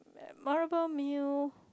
memorable meal